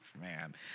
man